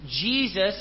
Jesus